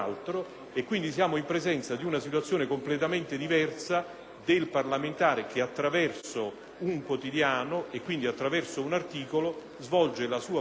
del parlamentare che attraverso un quotidiano, quindi attraverso un articolo, svolge la sua funzione di denunzia politica, così come è avvenuto in questo caso,